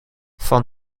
van